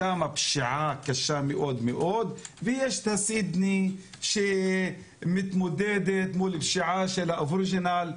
שם השפיעה קשה מאוד ויש את סידני שמתמודדת עם פשיעה של האבורג'ינים.